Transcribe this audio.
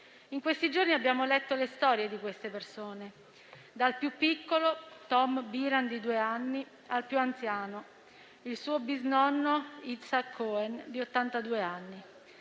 In questi giorni, abbiamo letto le storie di queste persone, dal più piccolo, Tom Biran, di due anni, al più anziano, il suo bisnonno, Itshak Cohen, di ottantadue.